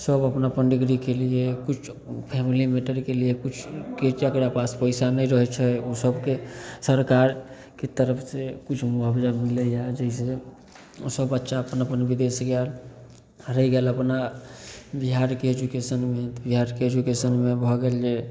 सभ अपन अपन डिग्रीके लिए किछु फैमिली मैटरके लिए किछुके जकरा पास पइसा नहि रहै छै ओसभकेँ सरकारके तरफसे किछु मुआवजा मिलैए जाहिसे ओसभ बच्चा अपन अपन विदेश गेल रहै गेल अपना बिहारके एजुकेशनमे तऽ बिहारके एजुकेशनमे भऽ गेल जे